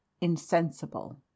insensible